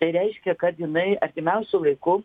tai reiškia kad jinai artimiausiu laiku